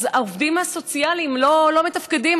העובדים הסוציאליים לא מתפקדים.